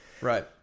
right